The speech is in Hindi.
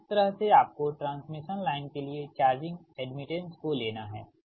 तो इस तरह से आपको ट्रांसमिशन लाइन के लिए चार्जिंग एड्मिटेंस को लेना है